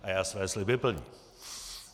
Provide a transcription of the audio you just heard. A já své sliby plním.